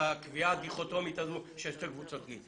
לקביעה הדיכוטומית הזאת של שתי קבוצות גיל.